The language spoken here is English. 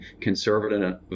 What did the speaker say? conservative